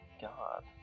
God